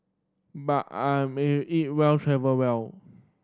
but I eat well travel well